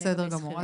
בסדר גמור.